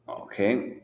Okay